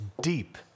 deep